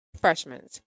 freshmen